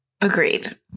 Agreed